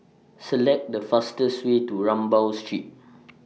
Select The fastest Way to Rambau Street